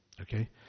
Okay